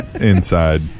Inside